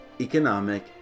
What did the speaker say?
economic